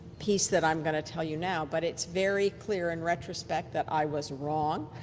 piece that i'm going to tell you now, but it's very clear in retrospect that i was wrong